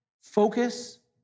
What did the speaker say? focus